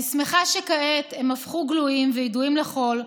אני שמחה שכעת הם הפכו גלויים וידועים לכול,